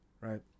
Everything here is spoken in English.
right